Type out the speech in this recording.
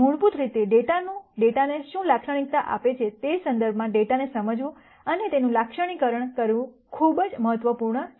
મૂળભૂત રીતે ડેટાને શું લાક્ષણિકતા આપે છે તે સંદર્ભમાં ડેટાને સમજવું અને તેનું લાક્ષણિકકરણ કરવું ખૂબ જ મહત્વપૂર્ણ છે